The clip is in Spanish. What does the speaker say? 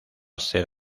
ser